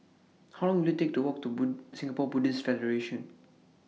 How Long Will IT Take to Walk to Singapore Buddhist Federation